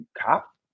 cop